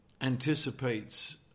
anticipates